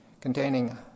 containing